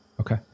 Okay